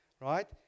right